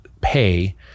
pay